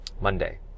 Monday